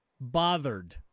bothered